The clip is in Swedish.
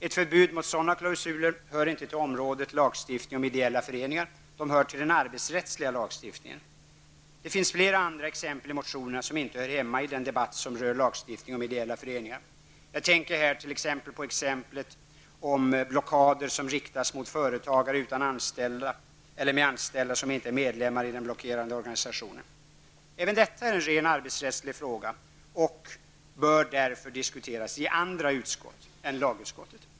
Ett förbud mot sådana klausuler hör inte till området lagstiftning om ideella föreningar, utan det hör till den arbetsrättsliga lagstiftningen. Det finns flera andra exempel i motionerna på frågor som inte hör hemma i den debatt som rör lagstiftning om ideella föreningar. Jag tänker här t.ex. på vad som sägs om ''blockader som riktas mot företagare utan anställda, eller med anställda som inte är medlemmar i den blockerande organisationen''. Även detta är en ren arbetsrättslig fråga, och den bör därför diskuteras i andra utskott än lagutskottet.